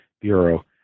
Bureau